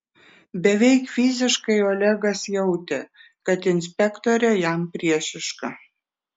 beveik fiziškai olegas jautė kad inspektorė jam priešiška